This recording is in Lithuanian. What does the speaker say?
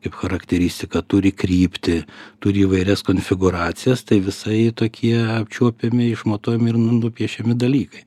kaip charakteristiką turi kryptį turi įvairias konfigūracijas tai visai tokie apčiuopiami išmatuojami ir nupiešiami dalykai